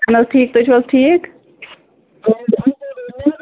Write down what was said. اہن حظ ٹھیٖک تُہۍ چھِو حظ ٹھیٖک